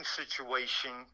situation